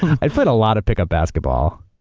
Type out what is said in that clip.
i played a lot of pickup basketball.